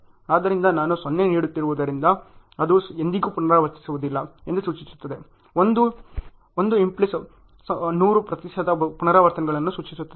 ಆದ್ದರಿಂದ ನಾನು 0 ನೀಡುತ್ತಿರುವುದರಿಂದ ಅದು ಎಂದಿಗೂ ಪುನರಾವರ್ತಿಸುವುದಿಲ್ಲ ಎಂದು ಸೂಚಿಸುತ್ತದೆ 1 ಇಂಪ್ಲಿಸ್ 100 ಪ್ರತಿಶತ ಪುನರಾವರ್ತನೆಗಳನ್ನು ಸೂಚಿಸುತ್ತದೆ